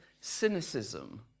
cynicism